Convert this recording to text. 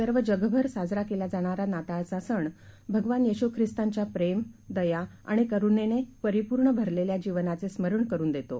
सर्वजगभरसाजराकेला जाणारानाताळचासणभगवानयेशुख्रिस्तांच्याप्रेम दयाआणिकरुणेनेपरिपूर्णभरलेल्याजीवनाचेस्मरणकरूनदेतो